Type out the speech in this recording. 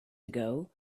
ago